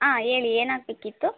ಹಾಂ ಹೇಳಿ ಏನಾಗಬೇಕಿತ್ತು